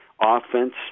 offense—